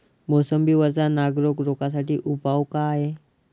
मोसंबी वरचा नाग रोग रोखा साठी उपाव का हाये?